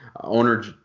Owner